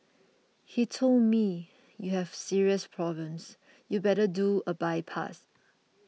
he told me you have serious problems you better do a bypass